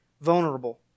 vulnerable